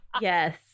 Yes